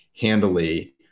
handily